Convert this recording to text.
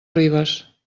ribes